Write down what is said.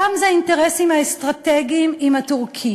פעם זה היה האינטרסים האסטרטגיים עם הטורקים,